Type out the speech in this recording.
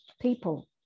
people